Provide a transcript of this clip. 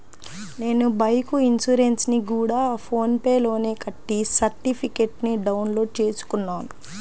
నేను బైకు ఇన్సురెన్సుని గూడా ఫోన్ పే లోనే కట్టి సర్టిఫికేట్టుని డౌన్ లోడు చేసుకున్నాను